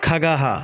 खगः